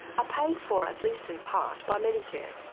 ah paid for, at least in part, by medicare.